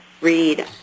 read